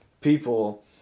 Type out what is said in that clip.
people